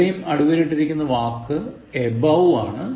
ഇവിടെയും അടിവരയിട്ടിരിക്കുന്ന വാക്ക് above ആണ്